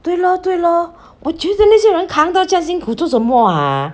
对 lor 对 lor 我觉得那些人扛到这样辛苦做什么 ah